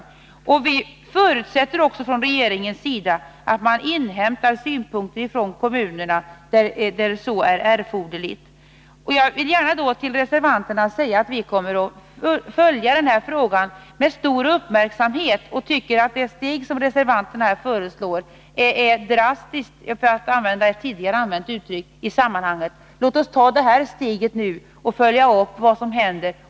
Regeringen förutsätter att man inhämtar synpunkter från kommunerna, där så är erforderligt. Jag vill till reservanterna säga att vi kommer att följa frågan med stor uppmärksamhet. Det steg som reservanterna föreslår är drastiskt. Låt oss nu ta det steg som vi föreslår och följa upp vad som händer.